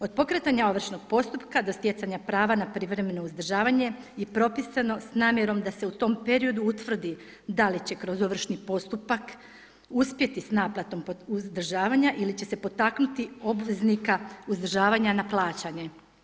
Od pokretanja ovršnog postupka do stjecanja prava na privremeno uzdržavanje je propisano s namjerom da se u tom periodu utvrdi da li će kroz ovršni postupak uspjeti s naplatom uzdržavanja ili će se potaknuti obveznika uzdržavanja na plaćanje.